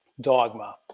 dogma